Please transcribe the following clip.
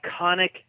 iconic